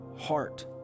heart